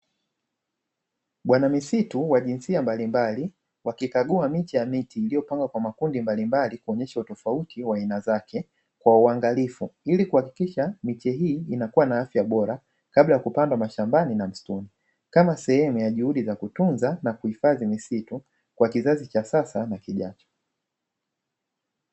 Bwana misitu wa jinsia mbalimbali wakikagua miche ya miti iliyopandwa kwa makundi mbalimbali kuonyesha utofauti wa aina zake kwa uangalifu, ili kuhakikisha miche hii inakua na afya bora kabla ya kupandwa mashambani na msituni kama sehemu ya juhudi za kutunza na kuhifadhi misitu kwa kizazi cha sasa na kijacho.